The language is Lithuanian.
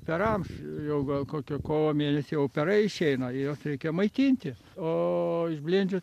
perams jau gal kokio kovo mėnesį jau perai išeina juos reikia maitinti o iš blindžių